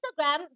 Instagram